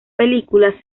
película